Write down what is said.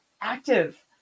active